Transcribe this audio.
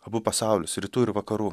abu pasaulius rytų ir vakarų